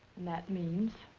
that means?